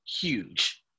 huge